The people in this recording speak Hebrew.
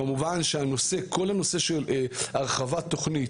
כמובן שכל נושא הרחבת התוכנית,